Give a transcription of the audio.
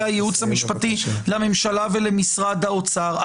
הייעוץ המשפטי לממשלה ולמשרד האוצר -- גלעד,